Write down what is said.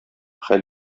хәл